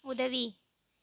உதவி